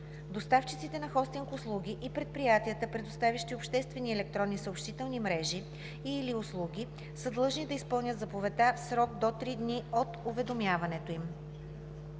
Доставчиците на хостинг услуги и предприятията, предоставящи обществени електронни съобщителни мрежи и/или услуги са длъжни да изпълнят заповедта в срок до три дни от уведомяването им.